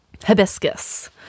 hibiscus